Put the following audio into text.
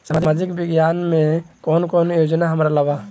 सामाजिक विभाग मे कौन कौन योजना हमरा ला बा?